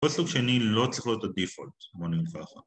כל סוג שני לא צריך לראות את ה-default בוא נגיד ככה